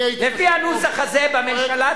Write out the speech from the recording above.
לפי הנוסח הזה בממשלה,